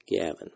Gavin